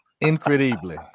Incredibly